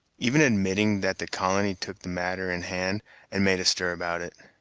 even admitting that the colony took the matter in hand and made a stir about it?